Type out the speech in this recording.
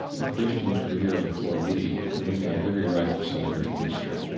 the christians were here before we. and they have every right to celebrate easter.